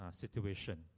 situation